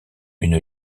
une